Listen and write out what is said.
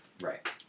Right